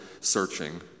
searching